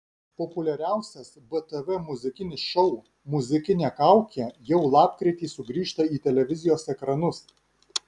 populiariausias btv muzikinis šou muzikinė kaukė jau lapkritį sugrįžta į televizijos ekranus